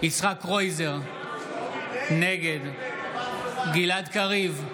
יצחק קרויזר, נגד גלעד קריב,